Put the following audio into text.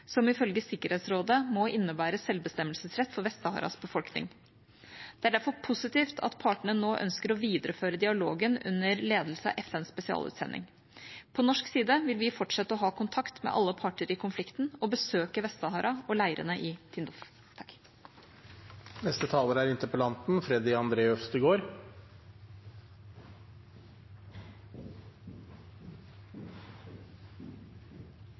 som ifølge Sikkerhetsrådet må innebære selvbestemmelsesrett for Vest-Saharas befolkning. Det er derfor positivt at partene nå ønsker å videreføre dialogen under ledelse av FNs spesialutsending. På norsk side vil vi fortsette å ha kontakt med alle parter i konflikten og besøke Vest-Sahara og leirene i